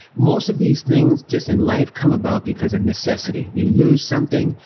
most of these things, just in life, come about because of necessity. you lose something,